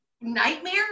nightmare